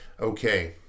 okay